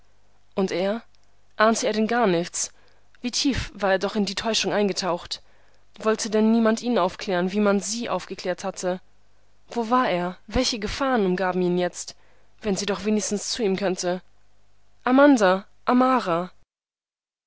und er ahnte er denn gar nichts wie tief war er doch in die täuschung eingetaucht wollte denn niemand ihn aufklären wie man sie aufgeklärt hatte wo war er welche gefahren umgaben ihn jetzt wenn sie doch wenigstens zu ihm könnte amanda amara